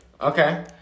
Okay